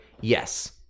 yes